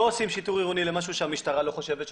לא עושים שיטור עירוני למשהו שהמשטרה לא חושבת שטוב,